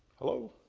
hello